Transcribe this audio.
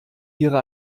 ihre